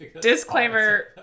Disclaimer